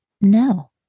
No